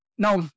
Now